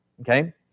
okay